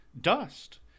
Dust